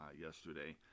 yesterday